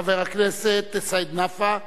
חבר הכנסת סעיד נפאע,